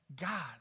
God